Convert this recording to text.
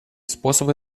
способы